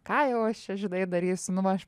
ką jau aš čia žinai darysiu nu va aš